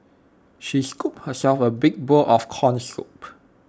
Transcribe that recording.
she scooped herself A big bowl of Corn Soup